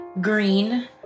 green